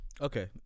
Okay